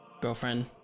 girlfriend